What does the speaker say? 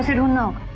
don't know